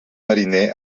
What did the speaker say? mariner